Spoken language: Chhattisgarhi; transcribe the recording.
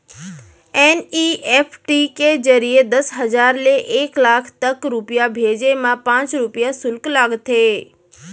एन.ई.एफ.टी के जरिए दस हजार ले एक लाख तक रूपिया भेजे मा पॉंच रूपिया सुल्क लागथे